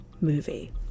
movie